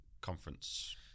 conference